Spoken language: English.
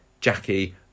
Jackie